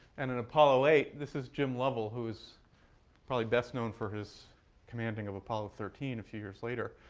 and in apollo eight, this is jim lovell, who is probably best known for his commanding of apollo thirteen, a few years later.